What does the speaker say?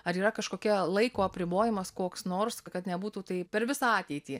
ar yra kažkokia laiko apribojimas koks nors kad nebūtų tai per visą ateitį